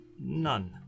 None